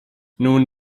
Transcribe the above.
nun